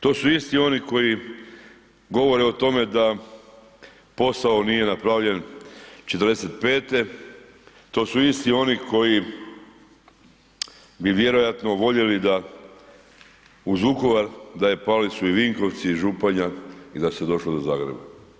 To su isti oni koji govore o tome da posao nije napravljen 45., to su isti oni koji bi vjerojatno voljeli da uz Vukovar, da je pali su i Vinkovci i Županja i da se došlo do Zagreba.